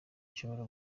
bishobora